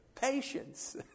Patience